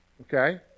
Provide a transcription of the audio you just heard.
okay